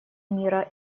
мира